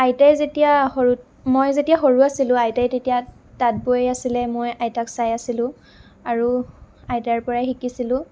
আইতাই যেতিয়া সৰু মই যেতিয়া সৰু আছিলোঁ আইতাই তেতিয়া তাঁত বৈ আছিলে মই আইতাক চাই আছিলোঁ আৰু আইতাৰ পৰাই শিকিছিলোঁ